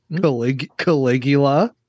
Caligula